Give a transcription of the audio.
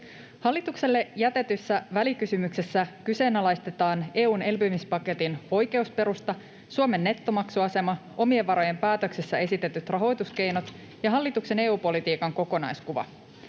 Hallitukselle jätetyssä välikysymyksessä kyseenalaistetaan EU:n elpymispaketin oikeusperusta, Suomen nettomaksuasema, omien varojen päätöksessä esitetyt rahoituskeinot ja hallituksen EU-politiikan kokonaiskuva.